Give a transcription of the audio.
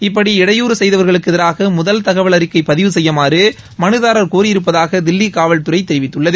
இப்படி இடையூறு செய்தவர்களுக்கு எதிராக முதல் தகவல் அறிக்கை பதிவு செய்யுமாறு மலுதாரர் கோரியிருப்பதாக தில்லி காவல்துறை தெரிவித்தது